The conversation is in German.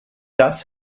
das